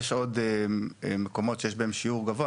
יש עוד מקומות שבהם יש שיעור גבוה.